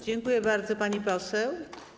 Dziękuję bardzo, pani poseł.